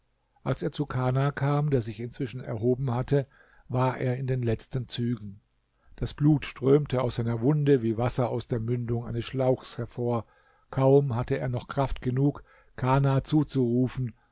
als er zu kana kam der sich inzwischen erhoben hatte war er in den letzten zügen das blut strömte aus seiner wunde wie wasser aus der mündung eines schlauchs hervor kaum hatte er noch kraft genug kana zuzurufen